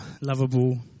lovable